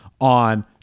on